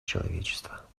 человечества